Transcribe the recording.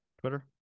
Twitter